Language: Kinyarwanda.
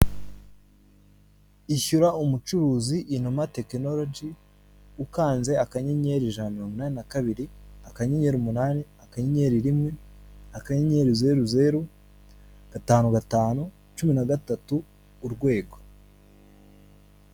Ishyura umucuruzi inuma tekinorogi; ukanze akanyenyeri ijana umunani kabiri akanyenyeri umunani, akanyenyeri rimwe akanyenyeri, zeru, zeru, gatanu, gatanu, cumi na gatatu urwego.